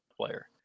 player